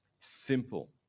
Simple